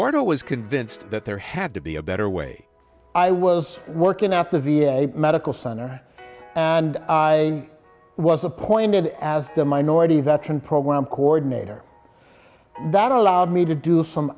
weren't always convinced that there had to be a better way i was working at the v a medical center and i was appointed as the minority that trained program coordinator that allowed me to do some